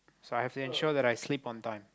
so I have to ensure that I sleep on time